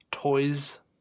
Toys